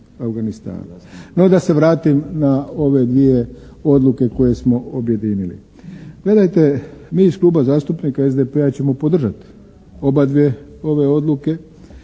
No, da se vratim na ove dvije odluke koje smo objedinili. Gledajte, mi iz Kluba zastupnika SDP-a ćemo podržati oba dvije ove odluke,